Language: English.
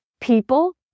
people